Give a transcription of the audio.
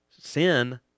Sin